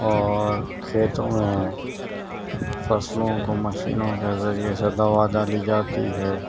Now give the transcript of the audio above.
اور کھیتوں میں فصلوں کو مشینوں کے ذریعے سے دوا ڈالی جاتی ہے